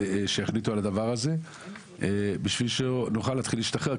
שיחליטו על הדבר הזה כדי שנוכל להתחיל להשתחרר.